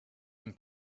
and